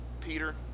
Peter